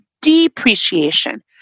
depreciation